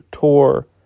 tour